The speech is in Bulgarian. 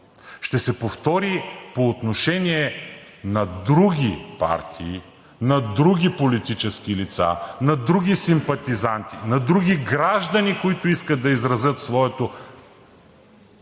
ще се повтори по отношение на други партии, на други политически лица, на други симпатизанти, на други граждани, които искат да изразят своето